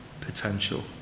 potential